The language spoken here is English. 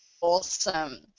awesome